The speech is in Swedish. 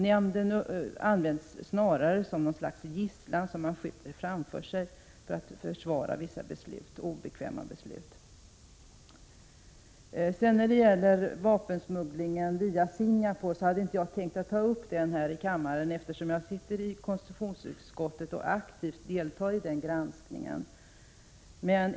Nämnden används snarare som ett slags gisslan som man skjuter framför sig för att försvara vissa obekväma beslut. Jag hade inte tänkt att här i kammaren ta upp frågan om vapensmugglingen via Singapore, eftersom jag sitter i konstitutionsutskottet och aktivt deltar i granskningen av den.